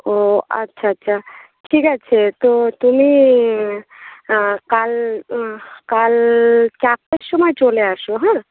ও আচ্ছা আচ্ছা ঠিক আছে তো তুমি কাল কাল চারটের সময় চলে আসো হ্যাঁ